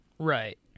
right